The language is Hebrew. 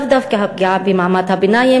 לאו דווקא הפגיעה במעמד הביניים,